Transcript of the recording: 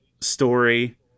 story